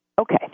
Okay